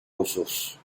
ressources